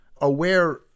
aware